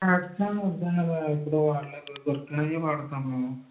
Hudson వద్దండి ఎప్పుడు వాడలేదు దొడ్లాయే వాడతాం మేము